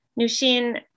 Nushin